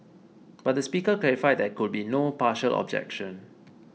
but the Speaker clarified that there could be no partial objection